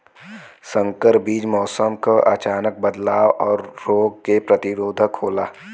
संकर बीज मौसम क अचानक बदलाव और रोग के प्रतिरोधक होला